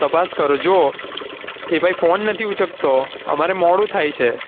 તપાસ કરો જોવો એ ભાઈ ફોન નથી ઉંચકતો અમારે મોડું થાય છે